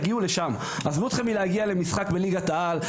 עזבו אתכם להגיע למשחק בליגת העל,